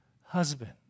husband